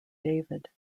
david